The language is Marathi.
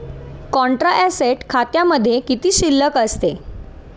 कॉन्ट्रा ऍसेट खात्यामध्ये कोणती शिल्लक असते?